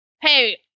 Hey